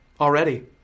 already